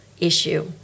issue